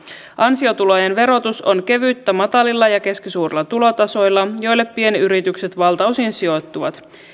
ansiotulojen verotus on kevyttä matalilla ja keskisuurilla tulotasoilla joille pienyritykset valtaosin sijoittuvat